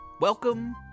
Welcome